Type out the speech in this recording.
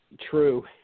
true